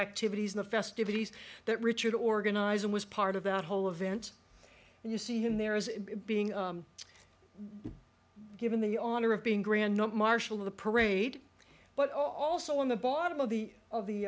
activities in the festivities that richard organized and was part of that whole event and you see him there is being given the honor of being grand not marshall of the parade but also in the bottom of the of the